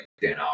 dan